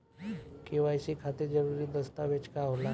KYC खातिर जरूरी दस्तावेज का का होला?